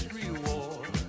reward